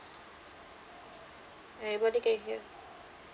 anybody can hear